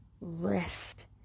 Rest